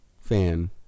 fan